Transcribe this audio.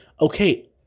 Okay